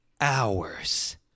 hours